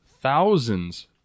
thousands